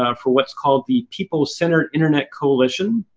ah for what's called the people-centered internet coalition.